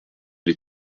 les